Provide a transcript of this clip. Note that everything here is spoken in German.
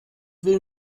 will